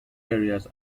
areas